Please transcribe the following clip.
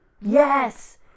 yes